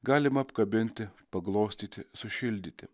galima apkabinti paglostyti sušildyti